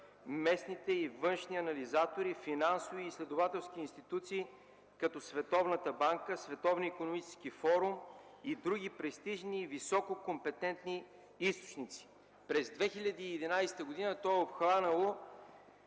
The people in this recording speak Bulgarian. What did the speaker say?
местните и външни анализатори, финансови и изследователски институции като Световната банка, Световния икономически форум и други престижни и високо компетентни източници. През 2011 г. то е обхванало